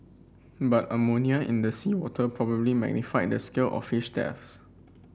but ammonia in the seawater probably magnified the scale of fish deaths